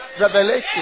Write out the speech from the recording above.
revelation